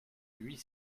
huit